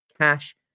cash